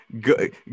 Good